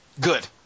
Good